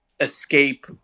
escape